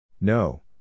No